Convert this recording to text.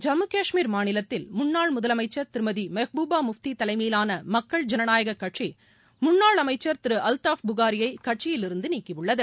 ஜம்மு கஷ்மீர் மாநிலத்தில் முன்னாள் முதலமைச்சர் திருமதி மெஹ்பூபா முஃப்தி தலைமையிலான மக்கள் ஜனநாயகக் கட்சி முன்னாள் அமைச்சர் திரு அல்டாஃப் புகாரியை கட்சியிலிருந்து நீக்கியுள்ளது